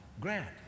grant